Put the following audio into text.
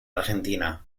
argentina